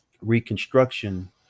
reconstruction